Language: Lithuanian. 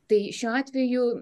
tai šiuo atveju